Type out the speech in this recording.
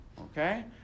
Okay